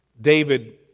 David